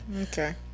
Okay